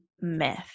myth